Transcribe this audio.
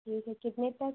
ठीक है कितने तक